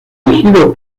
dirigido